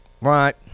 Right